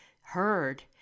heard